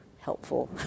helpful